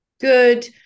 good